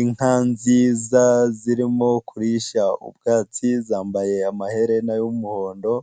inka nziza zirimo kurisha ubwatsi zambaye amaherena y'umuhondo,